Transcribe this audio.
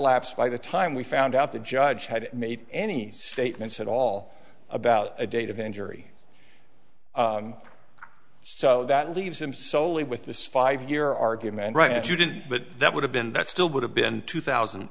lapsed by the time we found out the judge had made any statements at all about a date of injury so that leaves him solely with this five year argument right you did but that would have been that still would have been two thousand